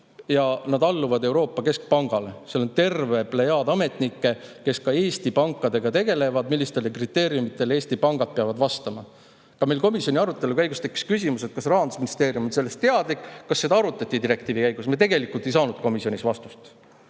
[Pangad] alluvad Euroopa Keskpangale, seal on terve plejaad ametnikke, kes ka Eesti pankadega tegelevad [ja määravad], millistele kriteeriumidele Eesti pangad peavad vastama. Meil tekkis komisjoni arutelu käigus küsimus, kas Rahandusministeerium on sellest teadlik, kas seda arutati direktiivi [arutamise] käigus. Me tegelikult ei saanud komisjonis vastust.